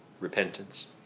repentance